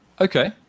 okay